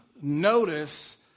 notice